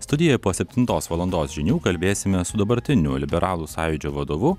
studijoje po septintos valandos žinių kalbėsime su dabartiniu liberalų sąjūdžio vadovu